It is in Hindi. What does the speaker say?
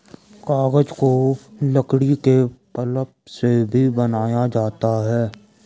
कागज को लकड़ी के पल्प से बनाया जाता है